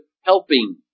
helping